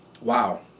wow